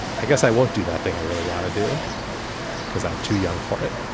i guess i won't do that thing i really want to do because i'm too young for it.